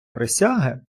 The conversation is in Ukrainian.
присяги